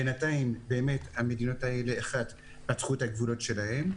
בינתיים המדינות האלה פתחו את הגבולות שלהם.